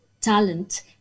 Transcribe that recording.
talent